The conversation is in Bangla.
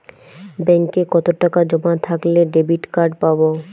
ব্যাঙ্কে কতটাকা জমা থাকলে ডেবিটকার্ড পাব?